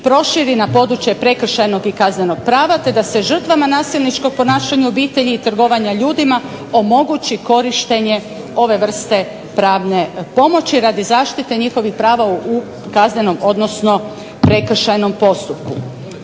proširi na područje prekršajnog i kaznenog prava, te da se žrtvama nasilničkog ponašanja u obitelji i trgovanja ljudima omogući korištenje ove vrste pravne pomoći radi zaštite njihovih prava u kaznenom, odnosno prekršajnom postupku.